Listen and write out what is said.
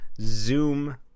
Zoom